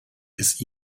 ist